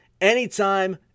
anytime